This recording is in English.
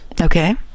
Okay